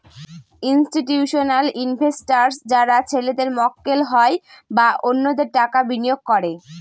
institutional investors যারা ছেলেদের মক্কেল হয় বা অন্যদের টাকা বিনিয়োগ করে